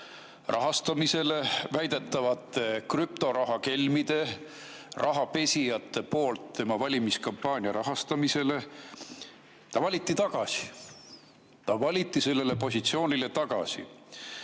rahastamise tõttu väidetavate krüptorahakelmide, rahapesijate poolt tema valimiskampaaniale –, valiti tagasi. Ta valiti sellele positsioonile tagasi. Mida